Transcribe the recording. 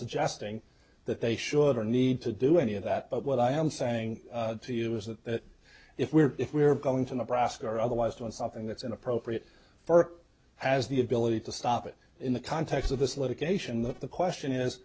suggesting that they should or need to do any of that but what i am saying to you is that if we're if we're going to nebraska or otherwise doing something that's inappropriate for has the ability to stop it in the context of this litigation that the question is